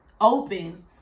open